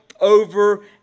over